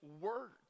words